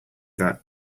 that